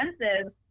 expensive